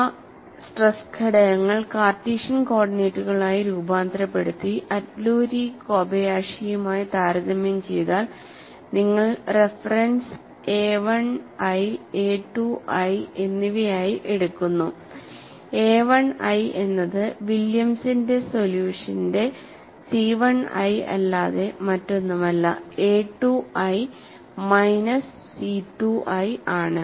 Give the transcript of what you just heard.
ആ സ്ട്രെസ് ഘടകങ്ങൾ കാർട്ടീഷ്യൻ കോർഡിനേറ്റുകളായി രൂപാന്തരപ്പെടുത്തി അറ്റ്ലൂരി കോബയാഷിയുമായി താരതമ്യം ചെയ്താൽ നിങ്ങൾ reference A I I A II I എന്നിവയായി എടുക്കുന്നു A Ii എന്നത് വില്യംസിന്റെ സൊല്യൂഷൻ ന്റെ C 1i അല്ലാതെ മറ്റൊന്നുമല്ല A IIi minus C 2i ആണ്